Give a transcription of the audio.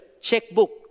checkbook